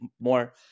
more